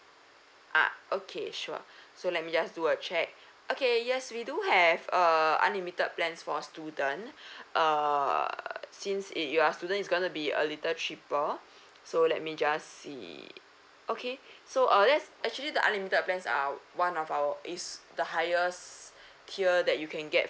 ah okay sure so let me just do a check okay yes we do have a unlimited plans for student uh since it you are student is gonna be a little cheaper so let me just see okay so uh there's actually the unlimited plans are one of our is the highest tier that you can get